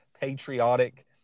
patriotic